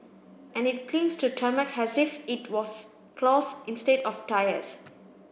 and it clings to tarmac as if it was claws instead of tyres